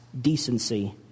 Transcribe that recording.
decency